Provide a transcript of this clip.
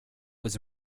was